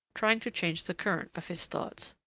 trying to change the current of his thoughts.